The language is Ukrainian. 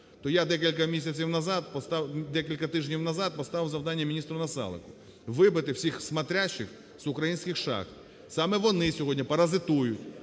декілька тижнів назад поставив завдання мініструНасалику "вибити" всіх "смотрящих" з українських шахт. Саме вони сьогодні паразитують